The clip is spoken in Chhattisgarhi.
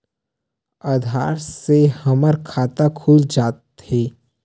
आधार से हमर खाता खुल सकत हे?